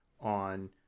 on